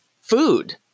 food